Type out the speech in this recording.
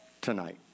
tonight